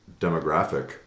demographic